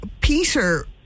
Peter